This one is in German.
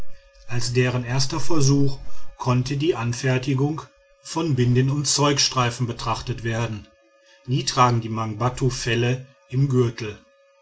als deren erster versuch konnte die anfertigung von binden und zeugstreifen betrachtet werden nie tragen die mangbattu felle im gürtel